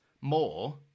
more